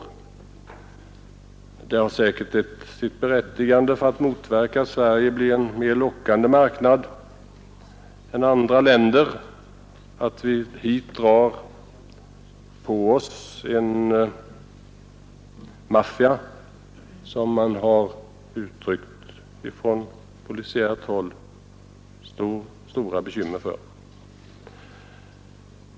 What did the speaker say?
Detta har säkert sitt berättigande för att motverka att Sverige blir än mer lockande marknad än andra länder, så att vi drar på oss en maffia, något som man på polisiärt håll har uttryckt stora bekymmer för.